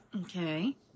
Okay